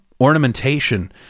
ornamentation